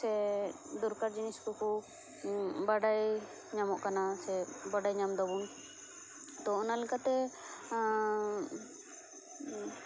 ᱥᱮ ᱫᱚᱨᱠᱟᱨ ᱡᱤᱱᱤᱥ ᱠᱚ ᱠᱚ ᱵᱟᱰᱟᱭ ᱧᱟᱢᱚᱜ ᱠᱟᱱᱟ ᱥᱮ ᱵᱟᱰᱟᱭ ᱧᱟᱢ ᱮᱫᱟᱵᱚ ᱛᱳ ᱚᱱᱟ ᱞᱮᱠᱟᱛᱮ